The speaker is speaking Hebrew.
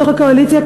בתוך הקואליציה,